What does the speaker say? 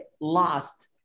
lost